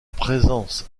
présence